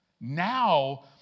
now